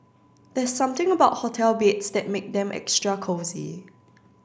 there's something about hotel beds that make them extra cosy